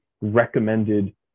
recommended